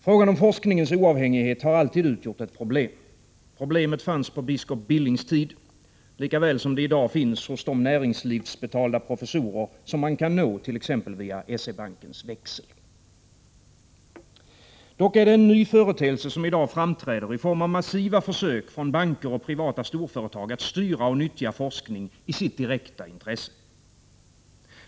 Frågan om forskningens oavhängighet har alltid utgjort ett problem. Problemet fanns på biskop Billings tid lika väl som det i dag finns hos de näringslivsbetalda professorer som man kan nå t.ex. via SE-bankens växel. Dock är det en ny företeelse som i dag framträder i form av massiva försök från banker och privata storföretag att styra och nyttja forskning i sina direkta intressen.